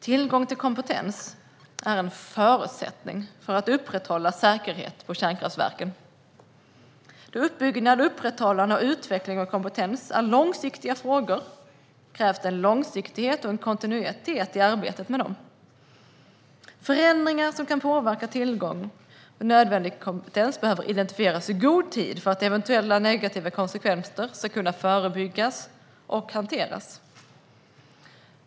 Tillgång till kompetens är en förutsättning för att upprätthålla säkerheten på kärnkraftverken. Då uppbyggnad, upprätthållande och utveckling av kompetens är långsiktiga frågor krävs en långsiktighet och kontinuitet i arbetet med dem. Förändringar som kan påverka tillgången till nödvändig kompetens behöver identifieras i god tid för att eventuella negativa konsekvenser ska kunna förebyggas och hanteras.